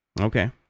Okay